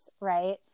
right